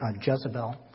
Jezebel